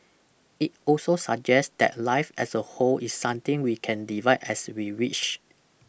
it also suggest that life as a whole is something we can divide as we wish